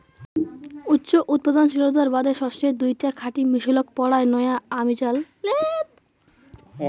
উচ্চ উৎপাদনশীলতার বাদে শস্যের দুইটা খাঁটি মিশলক পরায় নয়া অমিশাল জাত বানান হই